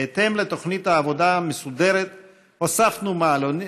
בהתאם לתוכנית העבודה המסודרת הוספנו מעלונים,